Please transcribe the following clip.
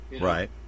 Right